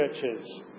churches